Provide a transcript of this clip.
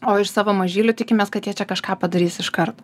o iš savo mažylių tikimės kad jie čia kažką padarys iš karto